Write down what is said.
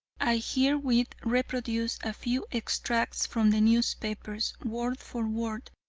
i herewith reproduce a few extracts from the newspapers, word for word,